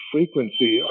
Frequency